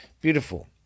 beautiful